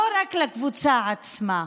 לא רק לקבוצה עצמה.